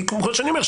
כמו שאני אומר,